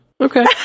Okay